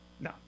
No